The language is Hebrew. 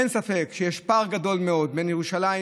אין ספק שיש פער גדול מאוד בין ירושלים